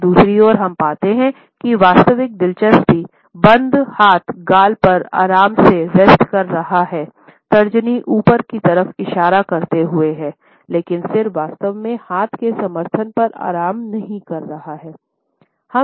पर दूसरी ओर हम पाते हैं कि वास्तविक दिलचस्पी बंद हाथ गाल पर आराम से रेस्ट कर रहा है तर्जनी ऊपर की तरफ इशारा करते हुए है लेकिन सिर वास्तव में हाथ के समर्थन पर आराम नहीं कर रहा है